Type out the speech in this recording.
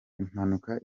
impanuka